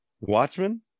Watchmen